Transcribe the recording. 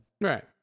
Right